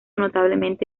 notablemente